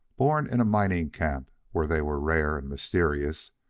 born in a mining-camp where they were rare and mysterious,